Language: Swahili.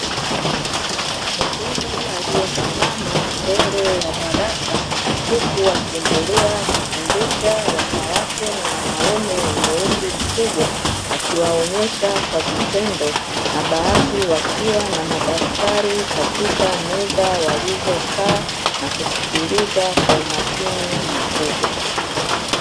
Mwalimu aliyesimama mbele ya darasa huku akiendelea kufundisha wanawake na wanaume wenye umri mkubwa, akiwaonyesha kwa vitendo na baadhi wakiwa na madaftari katika meza walizokaa na kusikiliza kwa umakini mkubwa.